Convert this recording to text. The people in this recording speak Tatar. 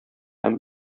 һәм